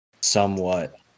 somewhat